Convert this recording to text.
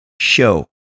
show